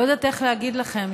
לא יודעת איך להגיד לכם,